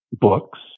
books